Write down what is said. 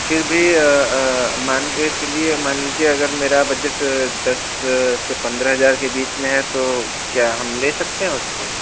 फ़िर भी मान के चलिए मान लीजिए अगर मेरा बजट दस से पंद्रह हज़ार के बीच में है तो क्या हम ले सकते हैं उसको